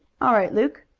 all right, luke.